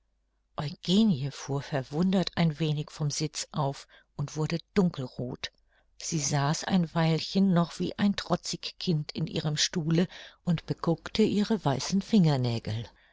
eugenie fuhr verwundert ein wenig vom sitz auf und wurde dunkelroth sie saß ein weilchen noch wie ein trotzig kind in ihrem stuhle und beguckte ihre weißen fingernägel